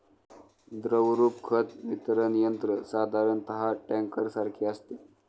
द्रवरूप खत वितरण यंत्र साधारणतः टँकरसारखे असते